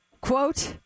quote